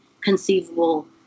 conceivable